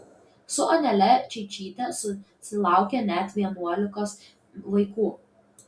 su anele čeičyte susilaukė net vienuolikos vaikų